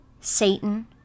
Satan